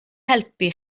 helpu